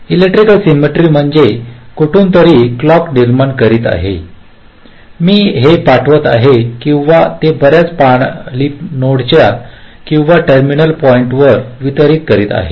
electrical symmetry म्हणजे मी कुठूनतरी क्लॉक निर्माण करीत आहे मी ते पाठवित आहे किंवा ते बर्याच पानांचे किंवा टर्मिनल पॉईंट त वितरीत करीत आहे